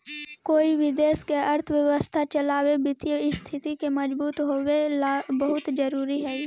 कोई भी देश के अर्थव्यवस्था चलावे वित्तीय स्थिति के मजबूत होवेला बहुत जरूरी हइ